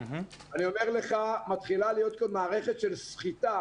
אני אומר לך שמתחילה להיות כאן מערכת של סחיטה.